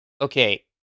okay